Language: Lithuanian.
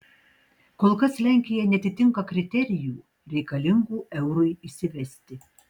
kol kas lenkija neatitinka kriterijų reikalingų eurui įsivesti